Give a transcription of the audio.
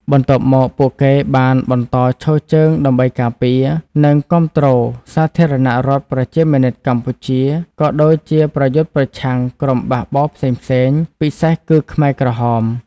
បន្ទាប់មកពួកគេបានបន្តឈរជើងដើម្បីការពារ និងគាំទ្រសាធារណរដ្ឋប្រជាមានិតកម្ពុជា ក៏ដូចជាប្រយុទ្ធប្រឆាំងក្រុមបះបោរផ្សេងៗ ពិសេសគឺខ្មែរក្រហម។